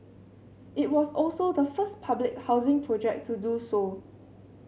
it was also the first public housing project to do so